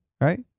right